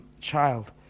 child